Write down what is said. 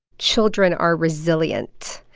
children are resilient.